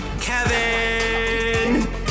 Kevin